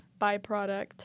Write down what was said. byproduct